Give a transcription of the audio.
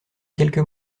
quelques